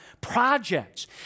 projects